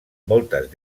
moltes